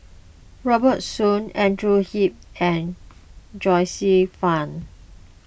Robert Soon Andrew Yip and Joyce Fan